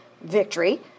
victory